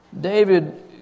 David